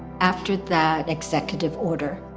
after that executive order,